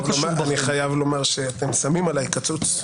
אני חייב לומר שאתם שמים עליי קצוץ...